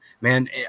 man